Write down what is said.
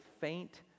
faint